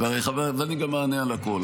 אני גם אענה על הכול.